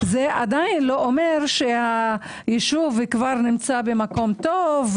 זה עדיין לא אומר שהיישוב כבר נמצא במקום טוב,